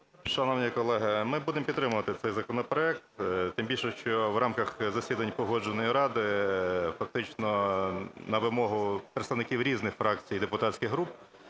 Шановні колеги, ми будемо підтримувати цей законопроект. Тим більше, що в рамках засідань Погоджувальної ради фактично на вимогу представників різних фракцій і депутатських груп